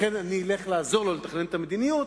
לכן אני אלך לעזור לו לתכנן את המדיניות,